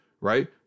right